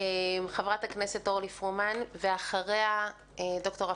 חברת הכנסת אורלי פרומן, ואחריה ד"ר אפללו.